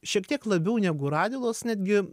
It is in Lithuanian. šiek tiek labiau negu radvilos netgi